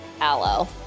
aloe